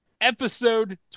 Episode